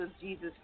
Jesus